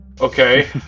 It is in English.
Okay